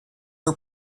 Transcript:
her